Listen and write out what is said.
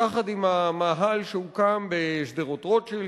יחד עם המאהל שהוקם בשדרות-רוטשילד,